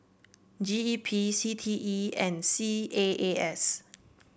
G E P C T E and C A A S